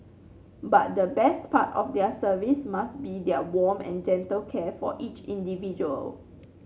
but the best part of their services must be their warm and gentle care for each individual